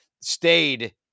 stayed